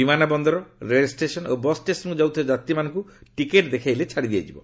ବିମାନ ବନ୍ଦର ରେଳ ଷ୍ଟେସନ୍ ଓ ବସ୍ ଷ୍ଟେସନ୍କୁ ଯାଉଥିବା ଯାତ୍ରୀମାନଙ୍କୁ ଟିକେଟ୍ ଦେଖାଇଲେ ଛାଡ଼ିଦିଆଯିବ